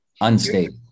Unstable